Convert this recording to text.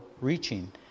reaching